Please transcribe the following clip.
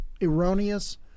erroneous